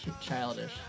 childish